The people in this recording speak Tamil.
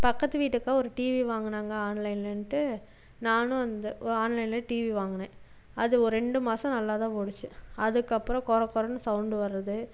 பக்கத்து வீட்டு அக்கா ஒரு டிவி வாங்கினாங்க ஆன்லைன்லண்டு நானும் அந்த ஆன்லைன்லேயே டிவி வாங்கினேன் அது ஒரு ரெண்டு மாதம் நல்லா தான் ஓடுச்சு அதுக்கப்புறம் கொரகொரன்னு சவுண்டு வருது